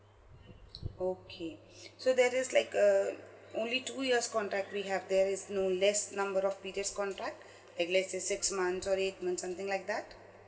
okay so there is like a only two years contract we have there is no less number of periods contract like less than six month or eight months something like that